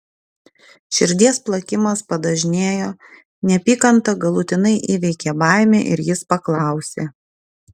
širdies plakimas padažnėjo neapykanta galutinai įveikė baimę ir jis paklausė